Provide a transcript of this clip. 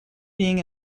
being